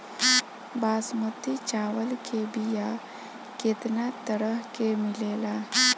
बासमती चावल के बीया केतना तरह के मिलेला?